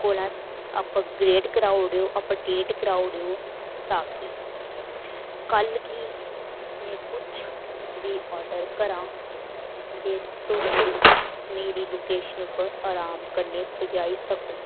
कोला अपग्रेड कराई ओड़ेआ अपडेट करी ओड़ो कल गी में कुछ बी आर्डर करां ते तुस मेरी लोकेशन उप्पर आराम कन्नै पजाई सकदे ओ